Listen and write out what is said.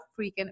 freaking